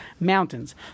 mountains